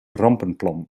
rampenplan